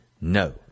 No